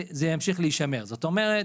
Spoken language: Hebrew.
ימשיך להישמר, זאת אומרת: